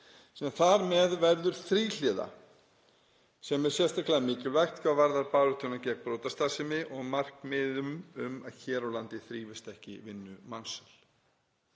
þar með verður þríhliða sem er sérlega mikilvægt hvað varðar baráttuna gegn brotastarfsemi og markmiðið um að hér á landi þrífist ekki vinnumansal.“